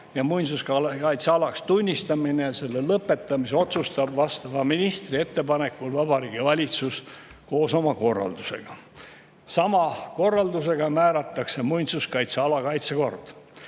ja muinsuskaitsealaks tunnistamise ja selle lõpetamise otsustab vastava ministri ettepanekul Vabariigi Valitsus oma korraldusega. Sama korraldusega määratakse muinsuskaitseala kaitsekord.